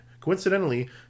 Coincidentally